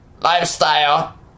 lifestyle